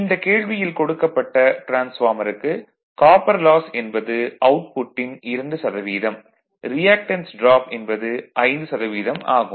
இந்தக் கேள்வியில் கொடுக்கப்பட்ட டிரான்ஸ்பார்மருக்கு காப்பர் லாஸ் என்பது அவுட்புட்டின் 2 சதவீதம் ரியாக்டன்ஸ் டிராப் என்பது 5 சதவீதம் ஆகும்